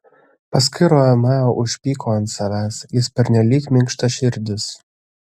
paskui romeo užpyko ant savęs jis pernelyg minkštaširdis